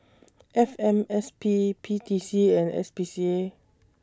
F M S P P T C and S P C A